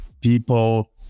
people